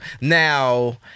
Now